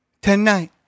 tonight